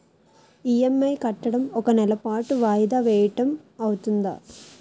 EMI కట్టడం ఒక నెల పాటు వాయిదా వేయటం అవ్తుందా?